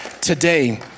today